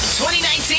2019